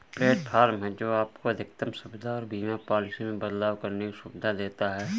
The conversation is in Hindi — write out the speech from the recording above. प्लेटफॉर्म है, जो आपको अधिकतम सुविधा और बीमा पॉलिसी में बदलाव करने की सुविधा देता है